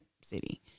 city